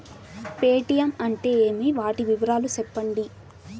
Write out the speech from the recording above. Paytm అంటే ఏమి, వాటి వివరాలు సెప్పండి?